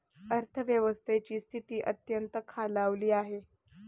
अर्थव्यवस्थेची स्थिती अत्यंत खालावली आहे